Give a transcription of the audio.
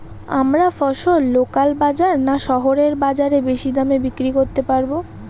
আমরা ফসল লোকাল বাজার না শহরের বাজারে বেশি দামে বিক্রি করতে পারবো?